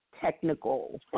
technical